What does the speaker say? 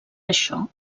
això